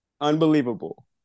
unbelievable